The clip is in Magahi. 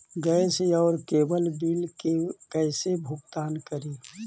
गैस और केबल बिल के कैसे भुगतान करी?